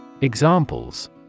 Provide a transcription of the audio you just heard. Examples